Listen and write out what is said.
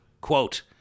Quote